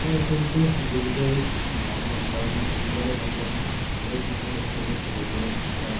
मु यसोल्ते जिम्जै भल्पम् करन् एत्विकने भल्पम् करोरे किसुमने एक्सेलेस् तग, जेने पोसक्